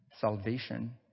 Salvation